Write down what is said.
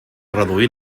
reduir